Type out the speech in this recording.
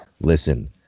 listen